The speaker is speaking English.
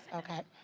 okay.